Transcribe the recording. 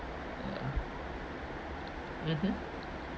ya mmhmm